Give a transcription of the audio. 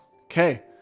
Okay